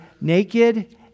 naked